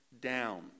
down